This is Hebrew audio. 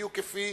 בדיוק כפי